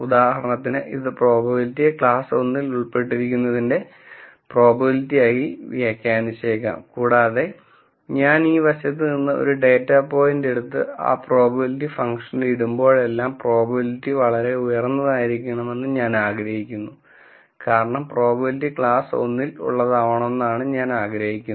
ഉദാഹരണത്തിന് ഇത് പ്രോബബിലിറ്റിയെ ക്ലാസ് 1 ൽ ഉൾപ്പെട്ടിരിക്കുന്നതിന്റെ പ്രോബബിലിറ്റിയായി വ്യാഖ്യാനിച്ചേക്കാം കൂടാതെ ഞാൻ ഈ വശത്ത് നിന്ന് ഒരു ഡാറ്റ പോയിന്റ് എടുത്ത് ആ പ്രോബബിലിറ്റി ഫംഗ്ഷനിൽ ഇടുമ്പോഴെല്ലാം പ്രോബബിലിറ്റി വളരെ ഉയർന്നതായിരിക്കണമെന്ന് ഞാൻ ആഗ്രഹിക്കുന്നു കാരണം പ്രോബബിലിറ്റി ക്ലാസ് 1 ൽ ഉള്ളതാവണമെന്നാണ് ഞാൻ ആഗ്രഹിക്കുന്നത്